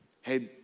hey